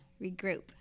regroup